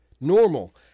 normal